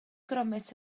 gromit